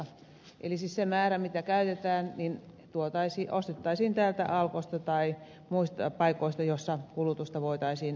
eli siis se määrä mikä käytetään ostettaisiin täältä alkosta tai muista paikoista joissa kulutusta voitaisiin seurata